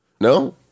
no